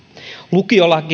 lukiolain